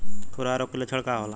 खुरहा रोग के लक्षण का होला?